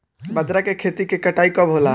बजरा के खेती के कटाई कब होला?